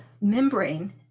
membrane